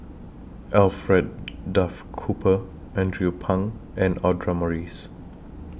Alfred Duff Cooper Andrew Phang and Audra Morrice